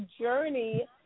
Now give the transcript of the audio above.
journey